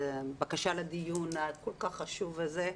הבקשה לדיון הכול כך חשוב הזה,